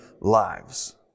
lives